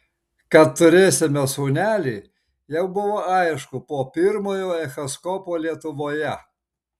kad turėsime sūnelį jau buvo aišku po pirmojo echoskopo lietuvoje